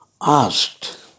asked